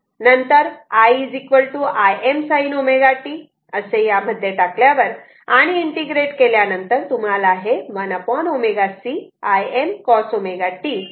नंतर i Im sin ω t असे यामध्ये टाकल्यावर आणि इंटिग्रेट केल्यानंतर तुम्हाला हे 1 ω c Im cos ωt VC असे मिळते